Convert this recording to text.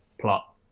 plot